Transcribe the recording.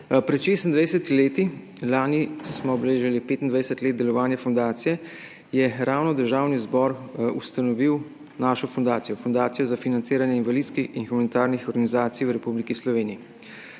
Pred 26 leti, lani smo beležili 25 let delovanja fundacije, je ravno Državni zbor ustanovil našo fundacijo, Fundacijo za financiranje invalidskih in humanitarnih organizacij v republiki Sloveniji,